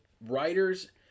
writers